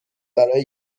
برای